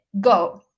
Go